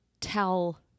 tell